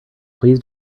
please